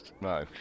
No